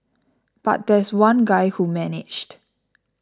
but there's one guy who managed